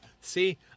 See